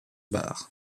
bar